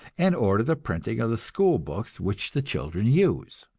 and order the printing of the school books which the children use.